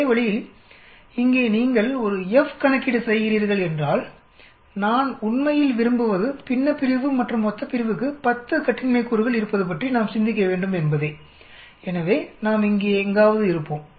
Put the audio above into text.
அதே வழியில் இங்கே நீங்கள் ஒரு F கணக்கீடு செய்கிறீர்கள் என்றால் நான் உண்மையில் விரும்புவதுபின்னப்பிரிவு மற்றும் மொத்தப்பிரிவுக்கு 10 கட்டின்மை கூறுகள் இருப்பது பற்றி நாம் சிந்திக்க வேண்டும் என்பதேஎனவே நாம் இங்கே எங்காவது இருப்போம்